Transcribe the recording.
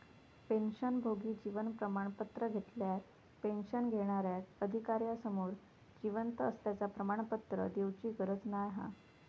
पेंशनभोगी जीवन प्रमाण पत्र घेतल्यार पेंशन घेणार्याक अधिकार्यासमोर जिवंत असल्याचा प्रमाणपत्र देउची गरज नाय हा